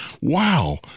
wow